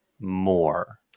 more